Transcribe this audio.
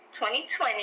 2020